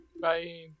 Bye